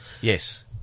Yes